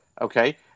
okay